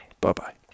Bye-bye